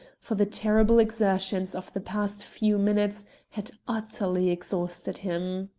for the terrible exertions of the past few minutes had utterly exhausted him.